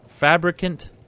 Fabricant